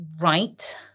right